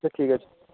ঠিক আছে